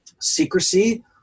secrecy